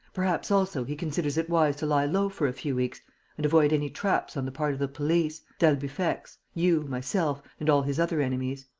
perhaps, also, he considers it wise to lie low for a few weeks and avoid any traps on the part of the police, d'albufex, you, myself and all his other enemies.